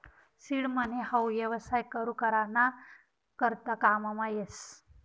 seed money हाऊ येवसाय सुरु करा ना करता काममा येस